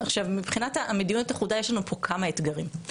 מבחינת מדיניות אחודה, יש לנו פה כמה אתגרים.